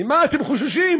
ממה אתם חוששים?